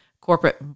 corporate